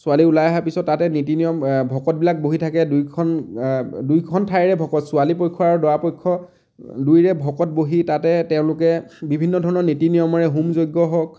ছোৱালী ওলাই অহা পিছত তাতে নীতি নিয়ম ভকতবিলাক বহি থাকে দুয়োখন দুয়োখন ঠাইৰে ভকত ছোৱালী পক্ষ আৰু দৰা পক্ষ দুয়োৰে ভকত বহি তাতে তেওঁলোকে বিভিন্ন ধৰণৰ নীতি নিয়মেৰে হোম যজ্ঞ হওক